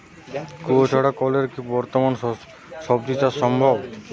কুয়োর ছাড়া কলের কি বর্তমানে শ্বজিচাষ সম্ভব?